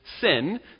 sin